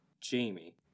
Jamie